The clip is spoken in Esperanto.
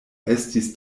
estis